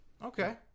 Okay